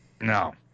No